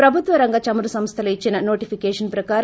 ప్రభుత్వ రంగ చమురు సంస్థలు ఇచ్చిన నోటిఫికేషన్ ప్రకారం